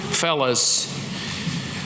fellas